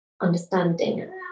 understanding